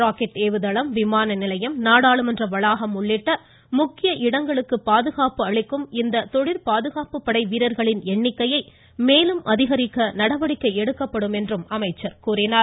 rocket ஏவுதளம் விமான நிலையம் நாடாளுமன்ற வளாகம் உள்ளிட்ட முக்கிய இடங்களுக்கு பாதுகாப்பு அளிக்கும் இந்த தொழிற்பாதுகாப்பு படை வீரர்களின் எண்ணிக்கை மேலும் அதிகரிக்க நடவடிக்கை எடுக்கப்படும் என்றும் அவர் கூறினார்